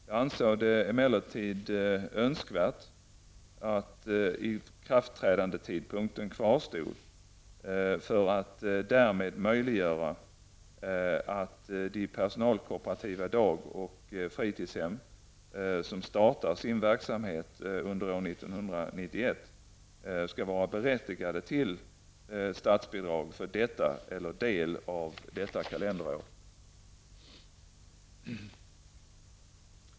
Jag ansåg det emellertid önskvärt att ikraftträdandetidpunkten kvarstod för att därmed möjliggöra att de personalkooperativa dagoch fritidshem som startar sin verksamhet under år 1991 skall vara berättigade till statsbidrag för detta eller del av detta kalenderår.